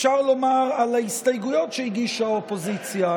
אפשר לומר על ההסתייגויות שהגישה האופוזיציה.